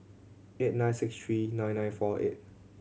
eight nine six three nine nine four eight